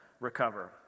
recover